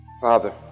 Father